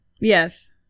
yes